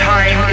Time